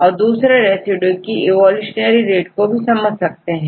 और दूसरे रेसिड्यू की इवोल्यूशनरी रेट को भी समझा सकते हैं